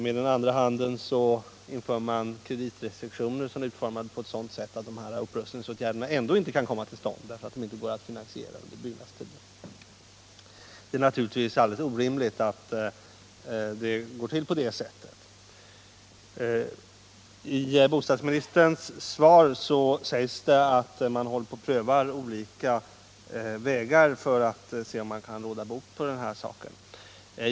Med den andra inför man kreditrestriktioner som är utformade på ett sådant sätt att dessa åtgärder ändå inte kan komma till stånd, eftersom de inte kan finansieras under byggnadstiden. Det är naturligtvis en helt orimlig ordning. I bostadsministerns svar sägs att man håller på att pröva olika vägar för att se om man kan råda bot på detta problem.